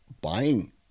buying